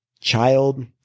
Child